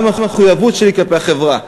מה המחויבות שלי כלפי החברה?